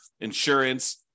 insurance